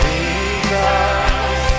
Jesus